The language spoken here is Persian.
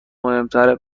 مهمتره